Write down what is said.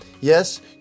Yes